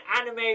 anime